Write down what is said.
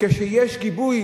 כשיש גיבוי